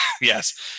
Yes